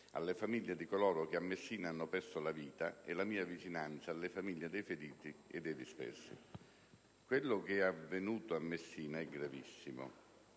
alle famiglie di coloro che a Messina hanno perso la vita, e la mia vicinanza alle famiglie dei feriti e dei dispersi. Quello che è avvenuto a Messina è gravissimo,